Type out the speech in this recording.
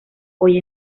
hoy